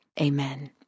Amen